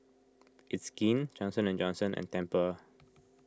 It's Skin Johnson and Johnson and Tempur